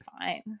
fine